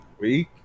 Week